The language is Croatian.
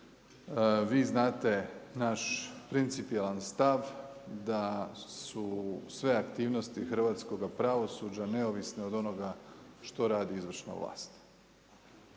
vi znate naš principijelan stav da su sve aktivnosti hrvatskoga pravosuđa neovisne od onoga što radi izvršna vlast.